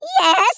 Yes